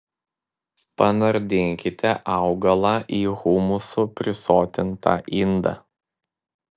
panardinkite augalą į humusu prisotintą indą